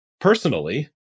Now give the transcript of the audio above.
personally